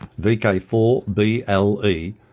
VK4BLE